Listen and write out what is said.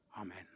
Amen